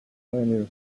pioneer